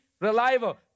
reliable